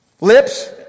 Lips